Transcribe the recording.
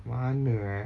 mana eh